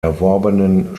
erworbenen